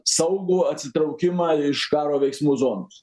saugų atsitraukimą iš karo veiksmų zonos